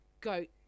goat